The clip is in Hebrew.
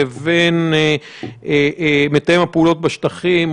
לבין מתאם הפעולות בשטחים,